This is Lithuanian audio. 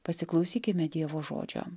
pasiklausykime dievo žodžio